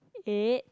eight